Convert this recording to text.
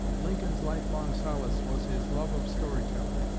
lincoln's life-long solace was his love of story-telling.